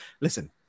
listen